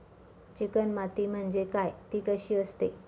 Chicken माती म्हणजे काय? ति कशी असते?